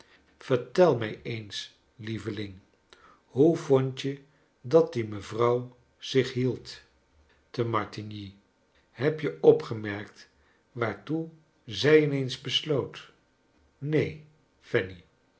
vertei mij eens hoveling hoe vond je dat die mevronw zich hield te martigny heb je opgemerkt waartoe zij in eens besloot neen